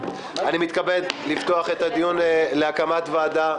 אני מתכבד לפתוח את הדיון להקמת ועדה